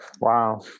Wow